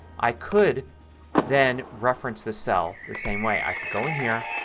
i could then reference this cell the same way. i could go in here.